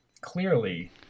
clearly